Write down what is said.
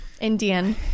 indian